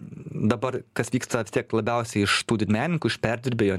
dabar kas vyksta vis tiek labiausiai iš tų didmenininkų iš perdirbėjų